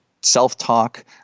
self-talk